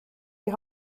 die